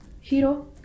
Hero